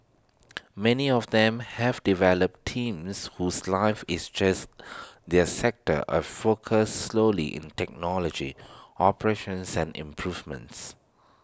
many of them have developed teams whose life is just their sector A focus solely technology operations and improvements